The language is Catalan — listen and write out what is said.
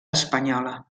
espanyola